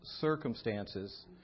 circumstances